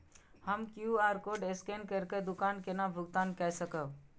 हम QR code scan करके दुकान केना भुगतान काय सकब?